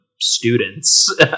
students